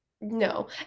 no